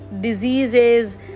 diseases